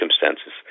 circumstances